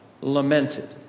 lamented